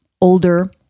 older